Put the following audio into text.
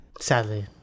sadly